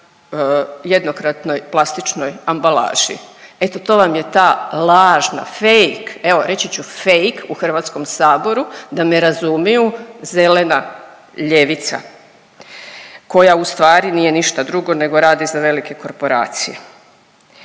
jednokratnoj plastičnoj ambalaži. Eto to vam je ta lažna, fake, evo reći ću fake u HS-u da me razumiju zelena ljevica koja ustvari nije ništa drugo nego radi za velike korporacije.